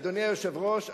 אדוני היושב-ראש,